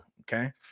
Okay